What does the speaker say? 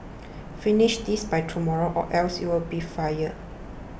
finish this by tomorrow or else you'll be fired